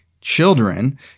children